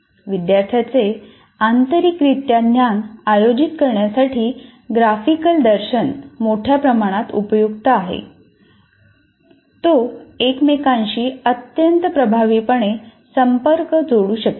विद्यार्थ्यांचे आंतरिकरित्या ज्ञान आयोजित करण्यासाठी ग्राफिकल दर्शन मोठ्या प्रमाणात उपयुक्त आहे तो एकमेकांशी अत्यंत प्रभावीपणे संपर्क जोडू शकेल